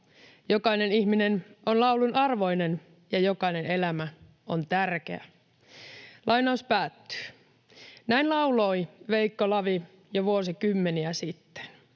Jokainen ihminen on laulun arvoinen. / Jokainen elämä on tärkeää.” Näin lauloi Veikko Lavi jo vuosikymmeniä sitten.